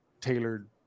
tailored